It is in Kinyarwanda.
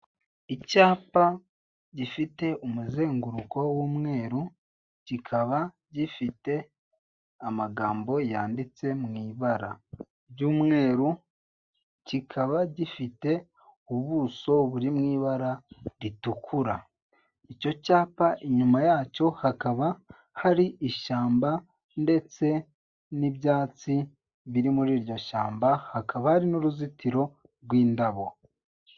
Icyapa gifite umuzenguruko w'umweru kikaba gifite amagambo yanditse mu ibara ry'umweru kikaba gifite ubuso buri mu ibara ritukura icyo cyapa inyuma yacyo hakaba hari ishyamba ndetse n'ibyatsi biri muri iryo shyamba hakaba hari n'uruzitiro rw'indabo .